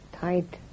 tight